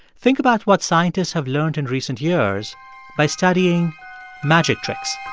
think about what scientists have learned in recent years by studying magic tricks